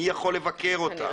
מי יכול לבקר אותם?